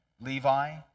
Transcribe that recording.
Levi